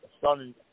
son